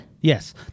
Yes